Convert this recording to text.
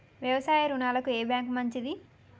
వ్యవసాయ రుణాలకు ఏ బ్యాంక్ మంచిది?